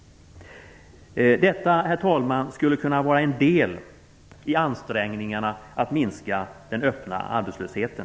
Herr talman! Detta skulle kunna vara en del i ansträngningarna att minska den öppna arbetslösheten.